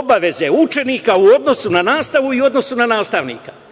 obaveze učenika u odnosu na nastavu i u odnosu na nastavnika.